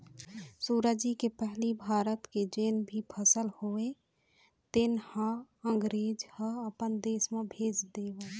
सुराजी के पहिली भारत के जेन भी फसल होवय तेन ल अंगरेज ह अपन देश म भेज देवय